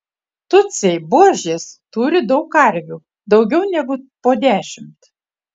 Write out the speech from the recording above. tutsiai buožės turi daug karvių daugiau negu po dešimt